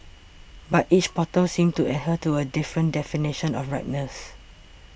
but each bottle seemed to adhere to a different definition of ripeness